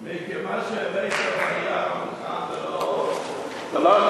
מיקי, מה שהבאת בנייר אתך זה לא התשובה